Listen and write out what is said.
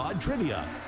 Trivia